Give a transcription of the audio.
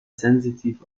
sensitiv